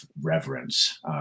reverence